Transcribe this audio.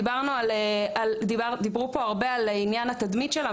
דיברנו על דיברו פה הרבה על עניין התדמית שלה